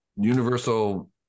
universal